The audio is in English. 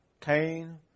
Cain